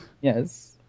Yes